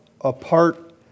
apart